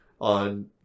on